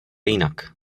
jinak